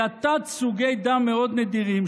אלא תת-סוגי דם מאוד נדירים,